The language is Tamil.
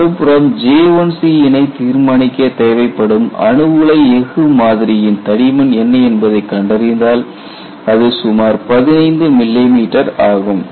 மறுபுறம் JIC னை தீர்மானிக்க தேவைப்படும் அணு உலை எஃகு மாதிரியின் தடிமன் என்ன என்பதைக் கண்டறிந்தால் அது சுமார் 15 மில்லிமீட்டர் ஆகும்